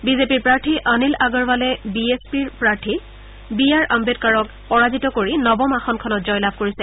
বিজেপিৰ প্ৰাৰ্থী অনিল আগৰৱালে বি এছ পিৰ প্ৰাৰ্থী বি আৰ আহ্বেদকাৰক পৰাজিত কৰি নৱম আসনখনত জয়লাভ কৰিছে